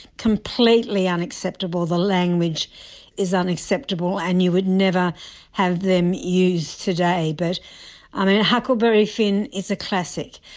completely unacceptable, the language is unacceptable and you would never have them used today. but um and huckleberry finn is a classic,